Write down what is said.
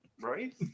Right